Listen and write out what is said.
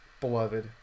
beloved